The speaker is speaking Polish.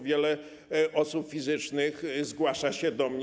Wiele osób fizycznych zgłasza się do mnie.